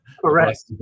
Correct